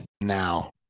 now